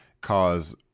cause